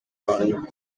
uwanyuma